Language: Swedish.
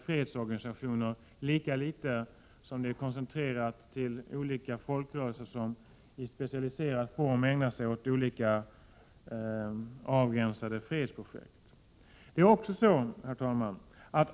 fredsorganisationer, lika litet som det är koncentrerat till olika folkrörelser som i specialiserad form ägnar sig åt olika avgränsade fredsprojekt. Herr talman!